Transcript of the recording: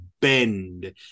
Bend